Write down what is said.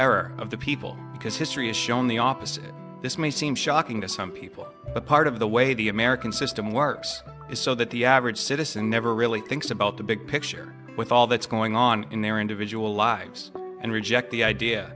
error of the people because history has shown the opposite this may seem shocking to some people but part of the way the american system works is so that the average citizen never really thinks about the big picture with all that's going on in their individual lives and reject the idea